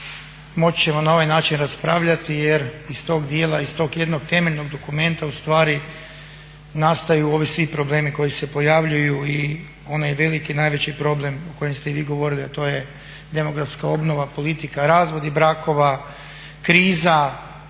moći ćemo na ovaj način raspravljati jer iz tog dijela, iz tog jednog temeljnog dokumenta ustvari nastaju ovi svi problemi koji se pojavljuju i onaj veliki, najveći problem o kojem ste i vi govorili, a to je demografska obnova, politika, razvodi brakova, kriza,